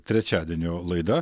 trečiadienio laida